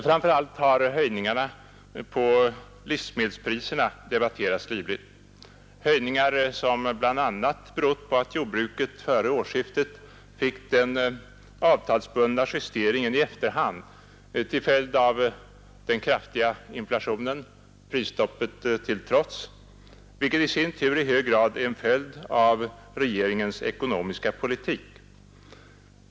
Framför allt har höjningarna på livsmedelspriserna debatterats livligt — höjningar som bl.a. berott på att jordbruket före årsskiftet fick den avtalsbundna justeringen i efterhand till följd av den kraftiga inflationen, prisstoppet till trots, vilken i sin tur i hög grad är en följd av regeringens ekonomiska politik.